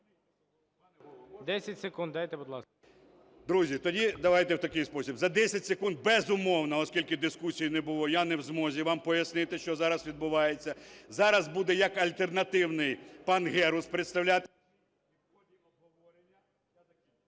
Друзі, тоді давайте в такий спосіб. За 10 секунд, безумовно, оскільки дискусії не було, я не в змозі вам пояснити, що зараз відбувається. Зараз буде як альтернативний пан Герус представляти…